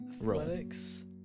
Athletics